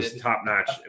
top-notch